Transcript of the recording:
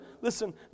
listen